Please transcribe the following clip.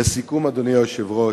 לסיכום, אדוני היושב-ראש,